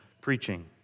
preaching